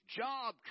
job